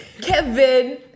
Kevin